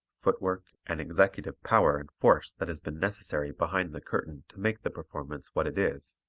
foot work and executive power and force that has been necessary behind the curtain to make the performance what it is!